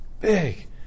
big